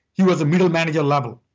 he was a middle manager level.